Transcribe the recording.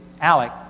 Alec